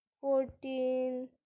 fourteen